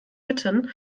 bitten